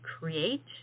create